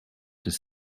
his